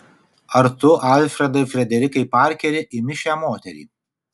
ar tu alfredai frederikai parkeri imi šią moterį